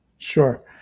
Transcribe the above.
Sure